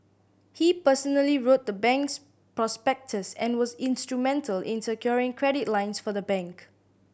he personally wrote the bank's prospectus and was instrumental in securing credit lines for the bank